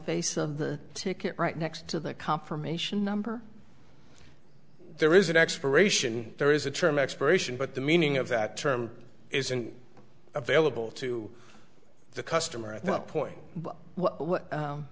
face of the ticket right next to the confirmation number there is an expiration there is a term expiration but the meaning of that term isn't available to the customer at that point